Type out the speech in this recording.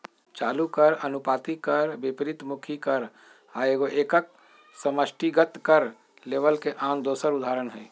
चालू कर, अनुपातिक कर, विपरितमुखी कर आ एगो एकक समष्टिगत कर लेबल के आन दोसर उदाहरण हइ